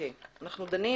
דנים